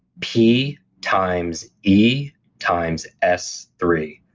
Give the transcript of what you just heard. p times e times s three.